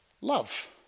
love